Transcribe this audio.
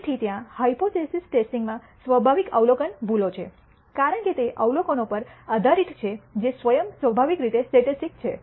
તેથી ત્યાં હાયપોથીસિસ ટેસ્ટિંગમાં સ્વાભાવિક અવલોકન ભૂલો છે કારણ કે તે અવલોકનો પર આધારિત છે જે સ્વયં સ્વભાવિક રીતે સ્ટોકેસ્ટિક છે